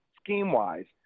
scheme-wise